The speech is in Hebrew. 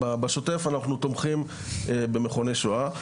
בשוטף אנחנו תומכים במכוני שואה.